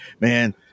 Man